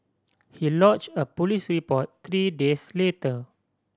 he lodged a police report three days later